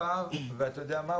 אתה יודע מה,